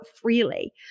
freely